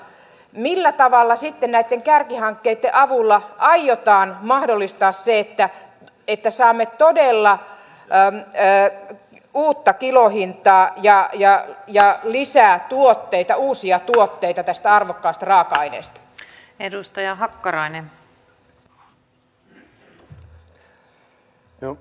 millä tavalla sitten näitten kärkihankkeitten avulla aiotaan mahdollistaa se että saamme todella uutta kilohintaa ja lisää tuotteita uusia tuotteita tästä arvokkaasta raaka aineesta